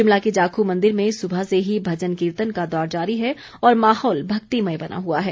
शिमला के जाखू मंदिर में सुबह से ही भजन कीर्तन का दौर जारी है और माहौल भक्तिमय बना हुआ है